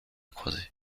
croisée